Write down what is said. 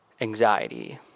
anxiety